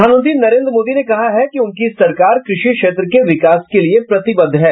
प्रधानमंत्री नरेंद्र मोदी ने कहा है कि उनकी सरकार कृषि क्षेत्र के विकास के लिए प्रतिबद्ध है